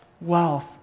wealth